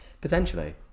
potentially